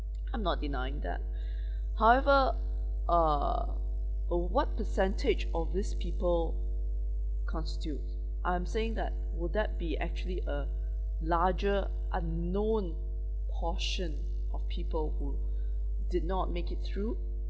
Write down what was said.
I'm not denying that however uh of what percentage of this people constitute I'm saying that would that be actually a larger unknown portion of people who did not make it through